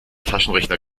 taschenrechner